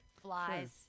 flies